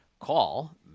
Call